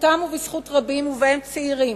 בזכותם ובזכות רבים, ובהם צעירים,